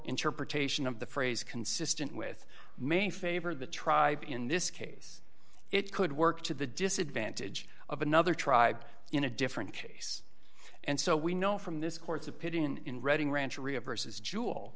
interpretation of the phrase consistent with may favor the tribe in this case it could work to the disadvantage of another tribe in a different case and so we know from this court's opinion in reading rancher reimburses jewel